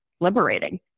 liberating